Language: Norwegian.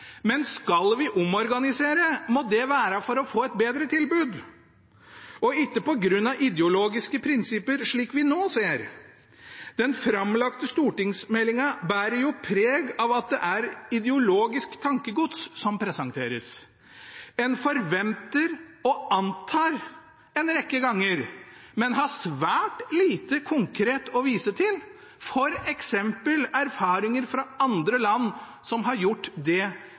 men skal vi omorganisere, må det være for å få et bedre tilbud og ikke på grunn av ideologiske prinsipper, slik vi nå ser. Den framlagte stortingsmeldingen bærer preg av at det er ideologisk tankegods som presenteres. En forventer og antar en rekke ganger, men har svært lite konkret å vise til, f.eks. erfaringer fra andre land, som har gjort det